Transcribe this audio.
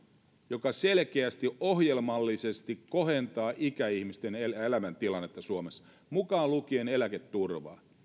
joka selkeästi ohjelmallisesti kohentaa ikäihmisten elämäntilannetta suomessa mukaan lukien eläketurva